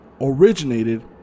originated